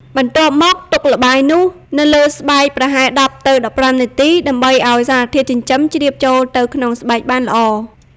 បន្ទាប់មកទុកល្បាយនោះនៅលើស្បែកប្រហែល ១០ ទៅ ១៥ នាទី ដើម្បីឱ្យសារធាតុចិញ្ចឹមជ្រាបចូលទៅក្នុងស្បែកបានល្អ។